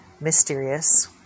mysterious